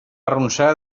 arronsar